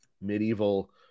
medieval